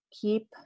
keep